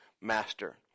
master